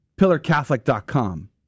PillarCatholic.com